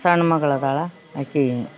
ಸಣ್ಣ ಮಗ್ಳ ಇದಾಳ ಆಕಿ